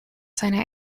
seiner